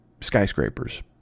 skyscrapers